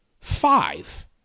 five